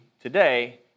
today